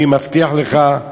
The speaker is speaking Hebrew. אני מבטיח לך,